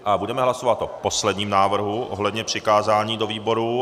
A budeme hlasovat o posledním návrhu ohledně přikázání do výboru.